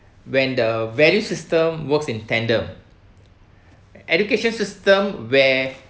when the value system works in tandem education system where